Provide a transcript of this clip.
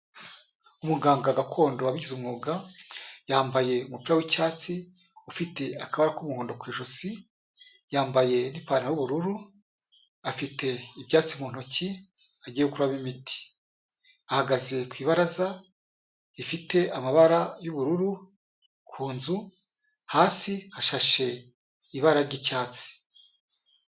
Umuganga gakondo wabigize umwuga, yambaye umupira w'icyatsi, ufite akabara k'umuhondo ku ijosi, yambaye n'ipantaro y'ubururu afite ibyatsi mu ntoki agiye gukuramo imiti. Ahagaze ku ibaraza rifite amabara y'ubururu ku nzu, hasi hashashe ibara ry'icyatsi.